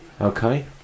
Okay